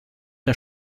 der